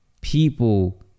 People